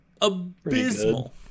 Abysmal